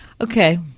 Okay